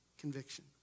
conviction